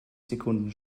sekunden